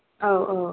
औ औ